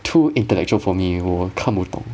too intellectual for me 我看不懂